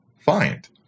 find